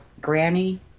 Granny